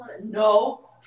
No